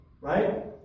right